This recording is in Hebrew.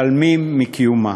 מתעלמים מקיומה.